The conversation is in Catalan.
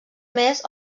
més